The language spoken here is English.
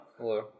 Hello